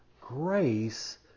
grace